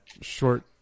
short